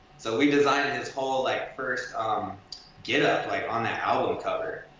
so we designed his whole like first um get-up like on that album cover.